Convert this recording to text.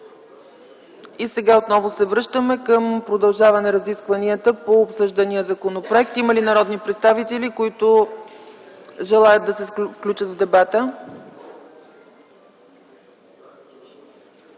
Предложението не е прието. Продължаваме разискванията по обсъждания законопроект. Има ли народни представители, които желаят да се включат в дебата?